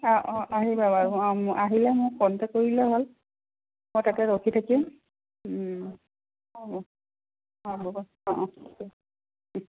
অঁ অঁ আহিবা বাৰু অঁ আহিলে মোক কনটেক কৰিলে হ'ল মই তাতে ৰখি থাকিম অঁ অঁ হ'ব অঁ ঠিকেই